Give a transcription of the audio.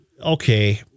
Okay